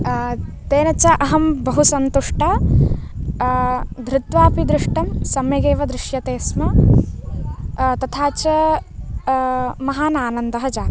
तेन च अहं बहुसन्तुष्टा धृत्वापि दृष्टं सम्यगेव दृश्यते स्म तथा च महान् आनन्दः जातः